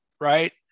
right